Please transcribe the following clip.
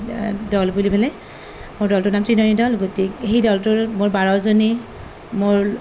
দল বুলিবলৈ মোৰ দলটোৰ নাম ত্ৰিনয়নী দল গতিকে সেই দলটোৰ মোৰ বাৰজনী মোৰ